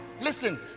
Listen